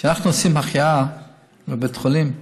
כשאנחנו עושים החייאה בבית חולים,